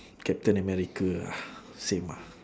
captain america ah same ah